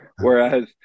Whereas